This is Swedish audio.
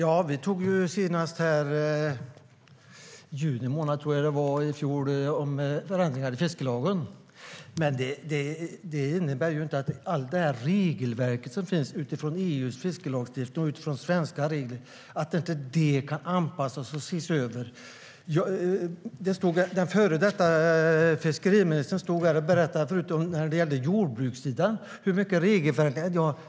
Herr talman! Senast i juni månad i fjol antog vi här förslag om förändringar av fiskelagen. Det innebär ju inte att allt regelverk som finns, alltifrån EU:s fiskelagstiftning till svenska regler, inte kan anpassas och ses över. Den före detta fiskeriministern berättade om jordbruket och alla regelförenklingar på det området.